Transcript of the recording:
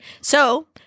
So-